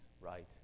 right